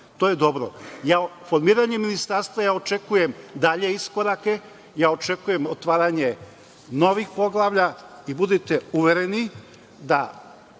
To je dobro. Formiranjem ministarstava ja očekujem dalje iskorake, očekujem otvaranje novih poglavlja i budite uvereni da